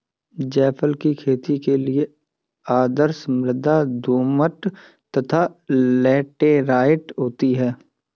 जायफल की खेती के लिए आदर्श मृदा दोमट तथा लैटेराइट होती है